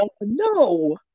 no